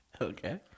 Okay